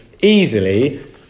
easily